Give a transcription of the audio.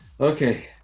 Okay